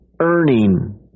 earning